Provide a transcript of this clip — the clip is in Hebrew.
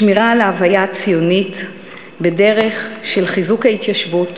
שמירה על ההוויה הציונית בדרך של חיזוק ההתיישבות,